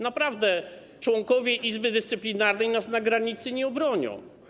Naprawdę członkowie Izby Dyscyplinarnej nas na granicy nie obronią.